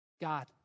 God